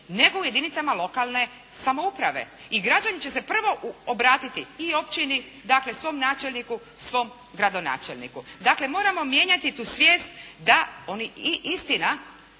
nego u jedinicama lokalne samouprave. I građani će se prvo obratiti i općini, dakle svom načelniku, svom gradonačelniku. Dakle, moramo mijenjati tu svijest da oni istina